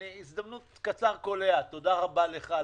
תורה רבה לך,